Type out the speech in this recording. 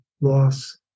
loss